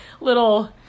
Little